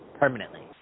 Permanently